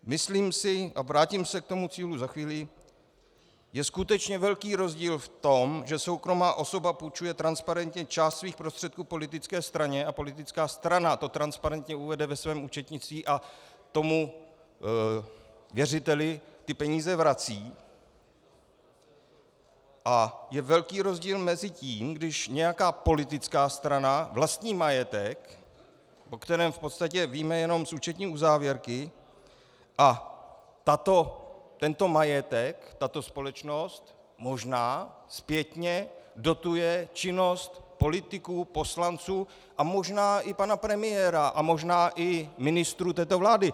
Myslím si a vrátím se k tomu Cíli za chvíli je skutečně velký rozdíl v tom, že soukromá osoba půjčuje transparentně část svých prostředků politické straně a politické strana to transparentně uvede ve svém účetnictví a tomu věřiteli peníze vrací, a je velký rozdíl mezi tím, když nějaká politická strana vlastní majetek, o kterém v podstatě víme jenom z účetní uzávěrky, a tento majetek, tato společnost možná zpětně dotuje činnost politiků, poslanců a možná i pana premiéra a možná i ministrů této vlády.